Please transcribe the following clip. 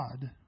God